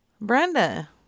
Brenda